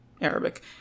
Arabic